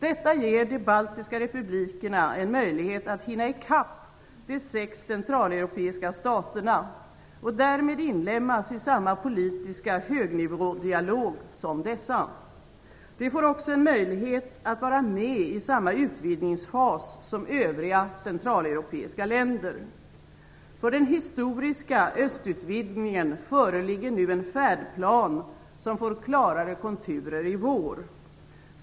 Detta ger de baltiska republikerna en möjlighet att hinna i kapp de sex centraleuropeiska staterna och därmed inlemmas i samma politiska högnivådialog som dessa. De får också en möjlighet att vara med i samma utvidgningsfas som övriga centraleuropeiska länder. För den historiska östutvidgningen föreligger nu en färdplan som får klarare konturer i vår.